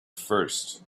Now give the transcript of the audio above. first